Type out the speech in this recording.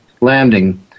Landing